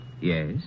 Yes